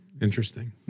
Interesting